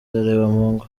harebamungu